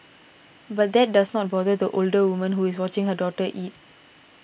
but that does not bother the older woman who is watching her daughter eat